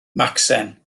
macsen